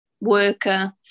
worker